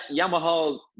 Yamaha's